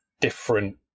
different